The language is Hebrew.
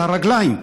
על הרגליים.